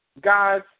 guys